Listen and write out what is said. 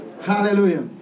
Hallelujah